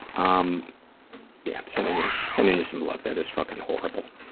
um yeah sending you sending you some love. that is fucking horrible.